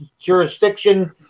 jurisdiction